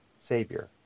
Savior